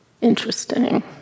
Interesting